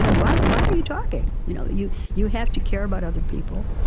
you know why why are you talking? you know you you have to care about other people.